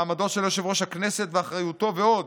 מעמדו של יושב-ראש הכנסת ואחריותו ועוד.